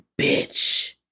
bitch